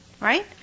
Right